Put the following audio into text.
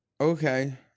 Okay